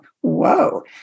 whoa